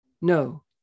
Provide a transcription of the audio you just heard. No